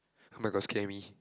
[oh]-my-gosh scare me